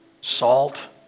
salt